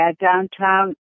downtown